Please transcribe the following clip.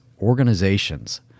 organizations